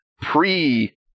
pre